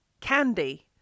candy